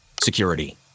security